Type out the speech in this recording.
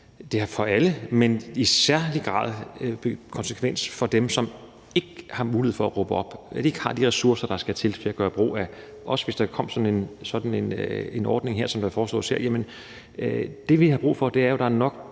for alle, men i særlig grad for dem af vores medborgere, som ikke har mulighed for at råbe op, og som ikke har de ressourcer, der skal til for at gøre brug af det, hvis der kom sådan en ordning, som der foreslås her. Det, vi har brug for, er jo, at der er nok